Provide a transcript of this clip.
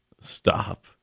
Stop